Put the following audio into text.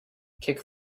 kick